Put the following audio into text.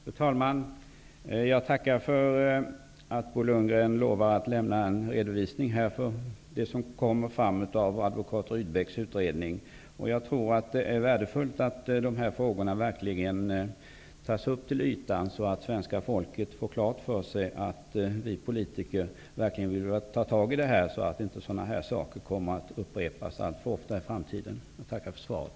Fru talman! Jag tackar för att Bo Lundgren lovar att lämna en redovisning för det som kommer fram av advokat Rydbecks utredning. Det är värdefullt att dessa frågor verkligen tas upp till ytan, så att svenska folket får klart för sig att vi politiker verkligen vill ta tag i detta och så att sådana här saker inte kommer att upprepas alltför ofta i framtiden. Jag tackar än en gång för svaret.